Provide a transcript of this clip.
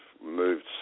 moved